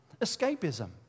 Escapism